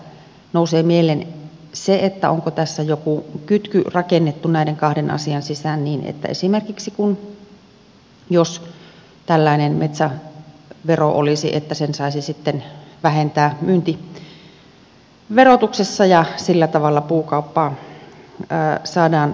jotenkin tässä nousee mieleen se onko tässä joku kytky rakennettu näiden kahden asian sisään niin että esimerkiksi jos tällainen metsävero olisi niin sen saisi sitten vähentää myyntiverotuksessa ja sillä tavalla puukauppaa saataisiin vilkastettua